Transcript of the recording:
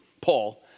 Paul